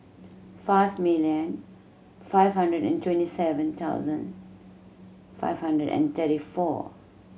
five million five hundred and twenty seven thousand five hundred and thirty four